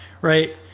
right